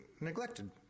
neglected